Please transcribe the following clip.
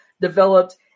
developed